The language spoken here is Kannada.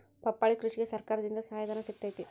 ಪಪ್ಪಾಳಿ ಕೃಷಿಗೆ ಸರ್ಕಾರದಿಂದ ಸಹಾಯಧನ ಸಿಗತೈತಿ